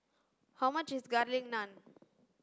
how much is garlic naan